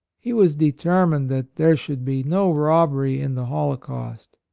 he was determined that there should be no robbery in the holocaust.